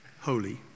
holy